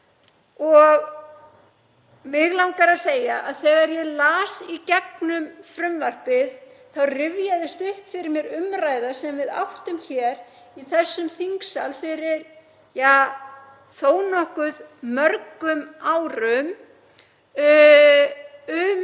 Mig langar að segja að þegar ég las í gegnum frumvarpið þá rifjaðist upp fyrir mér umræða sem við áttum hér í þessum þingsal fyrir þó nokkuð mörgum árum um